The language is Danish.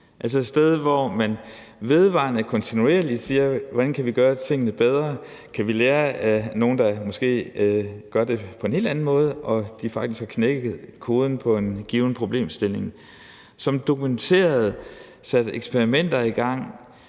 altså et sted, hvor man vedvarende og kontinuerligt ser på, hvordan man kan gøre tingene bedre, og om man kan lære af nogle, der måske gør det på en helt anden måde og faktisk har knækket koden på en given problemstilling, og hvor man dokumenteret sætter eksperimenter i gang,